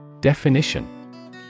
Definition